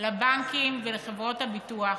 לבנקים ולחברות הביטוח.